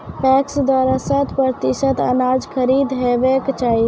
PACS द्वारा शत प्रतिसत अनाज खरीद हेवाक चाही?